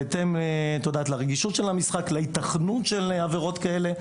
בהתאם לרגישות של המשחק, להיתכנות של עבירות כאלה.